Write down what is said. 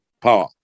power